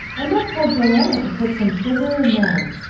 i must tell joanna to put some sugar in them.